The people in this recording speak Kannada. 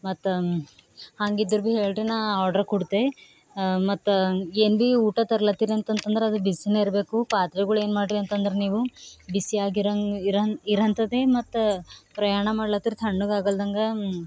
ಮತ್ತು ಹಂಗಿದ್ರೆ ಭೀ ಹೇಳಿರಿ ನಾ ಆರ್ಡರ್ ಕೊಡ್ತೆ ಆ ಮತ್ತು ಏನು ಭೀ ಊಟ ತರ್ಲತಿರ ಅಂತಂತಂದ್ರೆ ಅದು ಬಿಸಿನೆ ಇರಬೇಕು ಪಾತ್ರೆಗಳು ಏನು ಮಾಡಿರಿ ಅಂತಂದ್ರೆ ನೀವು ಬಿಸಿಯಾಗಿ ಇರಂಗ್ ಇರಂಥದ್ದೇ ಮತ್ತು ಪ್ರಯಾಣ ಮಾಡ್ಲತರ ತಣ್ಣಗೆ ಆಗಲ್ದಂಗ